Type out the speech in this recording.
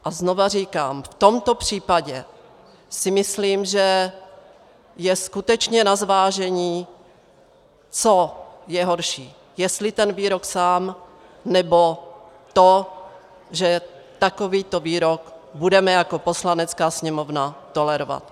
A znovu říkám, v tomto případě si myslím, že je skutečně na zvážení, co je horší, jestli ten výrok sám, nebo to, že takovýto výrok budeme jako Poslanecká sněmovna tolerovat.